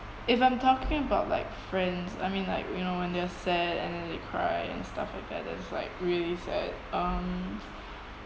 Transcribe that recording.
if I'm talking about like friends I mean like you know when they're sad and then they cry and stuff like that is like really sad um